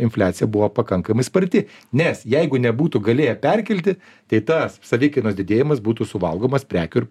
infliacija buvo pakankamai sparti nes jeigu nebūtų galėję perkelti tai tas savikainos didėjimas būtų suvalgomas prekių ir